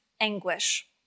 anguish